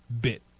bit